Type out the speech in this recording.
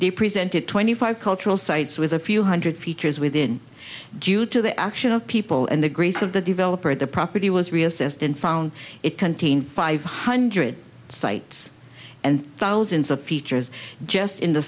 they presented twenty five cultural sites with a few hundred features within jus to the action of people and the grace of the developer the property was reassessed and found it contained five hundred sites and thousands of features just in the